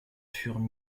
furent